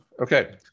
Okay